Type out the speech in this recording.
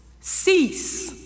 Cease